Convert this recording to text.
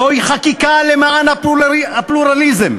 זוהי חקיקה למען הפלורליזם,